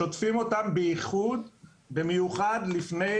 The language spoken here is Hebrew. שוטפים אותם במיוחד לפני